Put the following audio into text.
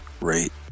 rate